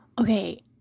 Okay